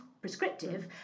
prescriptive